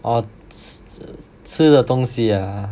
orh ch~ 吃的东西 ah